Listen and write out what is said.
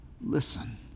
Listen